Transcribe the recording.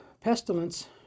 pestilence